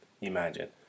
imagine